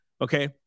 Okay